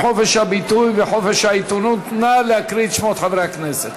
חופש הביטוי וחופש העיתונות) נא להקריא את שמות חברי הכנסת.